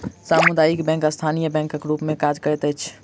सामुदायिक बैंक स्थानीय बैंकक रूप मे काज करैत अछि